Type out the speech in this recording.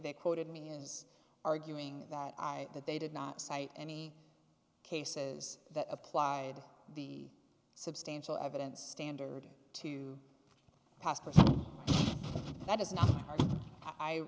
they quoted me is arguing that i that they did not cite any cases that applied the substantial evidence standard to pass but that is